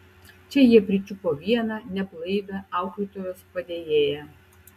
čia jie pričiupo vieną neblaivią auklėtojos padėjėją